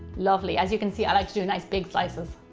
lovely, as you can see i like to do nice big slices.